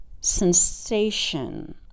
sensation